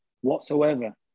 whatsoever